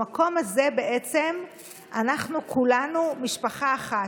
במקום הזה בעצם אנחנו כולנו משפחה אחת.